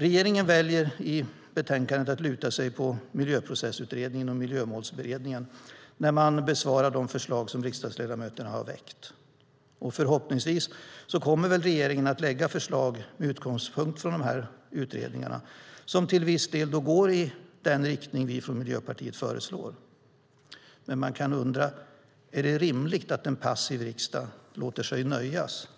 Regeringen väljer i betänkandet att luta sig på Miljöprocessutredningen och Miljömålsberedningen när den besvarar de förslag som riksdagsledamöterna har väckt. Förhoppningsvis kommer regeringen att lägga fram förslag med utgångspunkt i dessa utredningar, som till viss del går i den riktning vi från Miljöpartiet föreslår. Man kan dock undra: Är det rimligt att en passiv riksdag låter sig nöjas